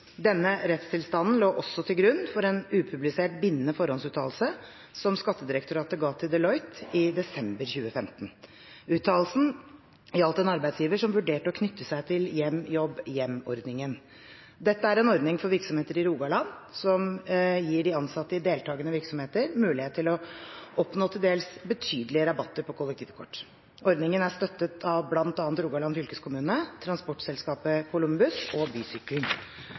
Denne rettstilstanden lå også til grunn for en upublisert, bindende forhåndsuttalelse som Skattedirektoratet ga til Deloitte i desember 2015. Uttalelsen gjaldt en arbeidsgiver som vurderte å knytte seg til HjemJobbHjem-ordningen. Dette er en ordning for virksomheter i Rogaland som gir de ansatte i deltakende virksomheter mulighet til å oppnå til dels betydelige rabatter på kollektivkort. Ordningen er støttet av bl.a. Rogaland fylkeskommune, transportselskapet Kolumbus og Bysykkelen.